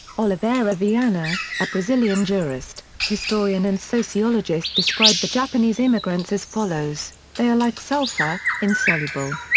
oliveira viana, a brazilian jurist, historian and sociologist described the japanese immigrants as follows they are like sulfur insoluble.